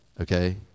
okay